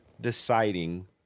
deciding